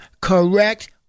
correct